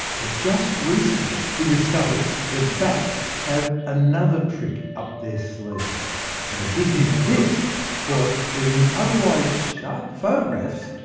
but just recently we discovered that bats have another trick up their sleeve and a big hint for this was that in otherwise sharp photographs,